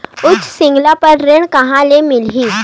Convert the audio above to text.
उच्च सिक्छा बर ऋण कहां ले मिलही?